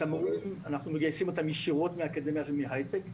את המורים אנחנו מגייסים ישירות מהאקדמיה ומההייטק,